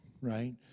right